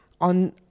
on